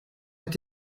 est